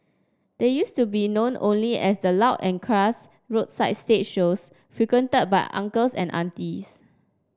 they used to be known only as the loud and crass roadside stage shows frequented by uncles and aunties